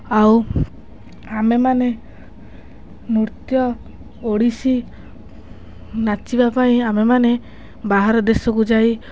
ଆଉ ଆମେମାନେ ନୃତ୍ୟ ଓଡ଼ିଶୀ ନାଚିବା ପାଇଁ ଆମେମାନେ ବାହାର ଦେଶକୁ ଯାଇ